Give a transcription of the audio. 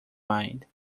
mind